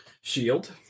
Shield